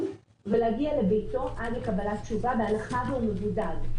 ולהגיע עד לקבלת תשובה בהנחה והוא מבודד.